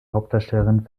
hauptdarstellerin